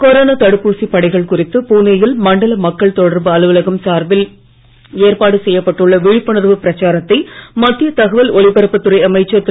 corona தடுப்பூசி பணிகள் குறித்து புனேயில் மண்டல மக்கள் தொடர்பு அலுவலகம் சார்பில் ஏற்பாடு செய்யப்பட்டுள்ள விழிப்புணர்வு பிரச்சாரத்தை மத்திய தகவல் ஒலிபரப்புத் துறை அமைச்சர் திரு